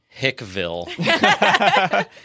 Hickville